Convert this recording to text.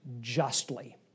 justly